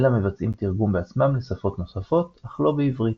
אלא מבצעים תרגום בעצמם לשפות נוספות – אך לא בעברית.